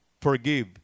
forgive